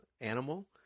animal